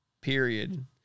Period